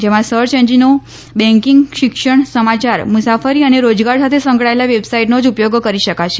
જેમાં સર્ચ એન્જિનો બેન્કિંગ શિક્ષણ સમાચાર મુસાફરી અને રોજગાર સાથે સંકળાયેલા વેબસાઇટનો જ ઉપયોગ કરી શકાશે